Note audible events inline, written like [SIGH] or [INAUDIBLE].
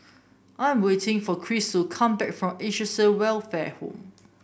I am waiting for Cris to come back from [UNINTELLIGIBLE] Welfare Home